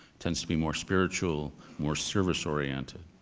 tends to be more spiritual, more service-oriented.